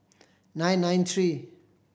nine nine three